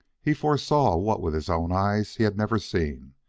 he foresaw what with his own eyes he had never seen,